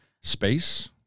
space